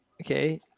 okay